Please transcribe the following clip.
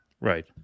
Right